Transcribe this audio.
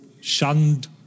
shunned